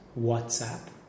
WhatsApp